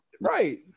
Right